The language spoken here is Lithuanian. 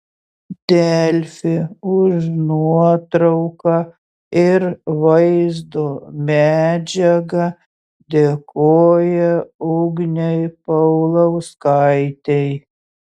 delfi už nuotrauką ir vaizdo medžiagą dėkoja ugnei paulauskaitei